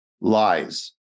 lies